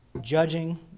Judging